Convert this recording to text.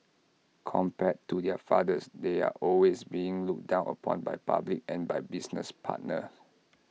compared to their fathers they're always being looked down upon by public and by business partners